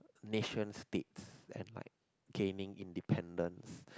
nation states and like gaining independence